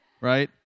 right